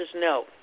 no